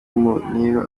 muniru